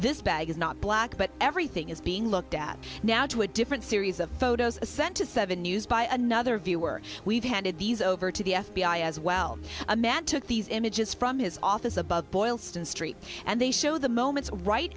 this bag is not black but everything is being looked at now to a different series of photos sent to seven news by another viewer we've handed these over to the f b i as well imad took these images from his office above boylston street and they show the moments right